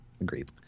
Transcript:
Agreed